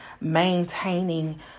maintaining